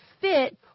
fit